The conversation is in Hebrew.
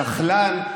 זחלת.